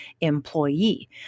employee